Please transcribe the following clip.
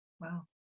Wow